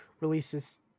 releases